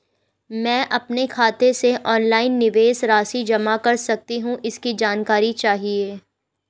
मैं अपने खाते से ऑनलाइन निवेश राशि जमा कर सकती हूँ इसकी जानकारी चाहिए?